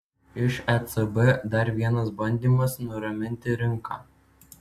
iš ecb dar vienas bandymas nuraminti rinką